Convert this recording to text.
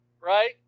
right